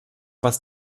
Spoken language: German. was